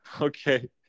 Okay